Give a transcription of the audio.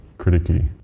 Critically